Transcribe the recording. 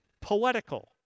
poetical